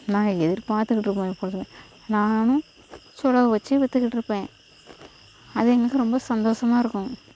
எல்லாம் எதிர்பார்த்துக்கிட்டுருப்போம் எப்பொழுதுமே நானும் சொலவு வெச்சு விற்றுக்கிட்டுருப்பேன் அது எங்களுக்கு ரொம்ப சந்தோஷமா இருக்கும்